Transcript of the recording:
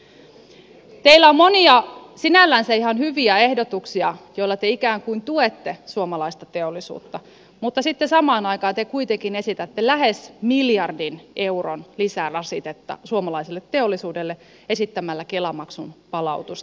teillä on monia sinällänsä ihan hyviä ehdotuksia joilla te ikään kuin tuette suomalaista teollisuutta mutta sitten samaan aikaan te kuitenkin esitätte lähes miljardin euron lisärasitetta suomalaiselle teollisuudelle esittämällä kela maksun palautusta työnantajille